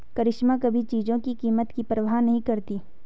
करिश्मा कभी चीजों की कीमत की परवाह नहीं करती